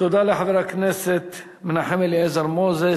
תודה לחבר הכנסת מנחם אליעזר מוזס.